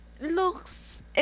looks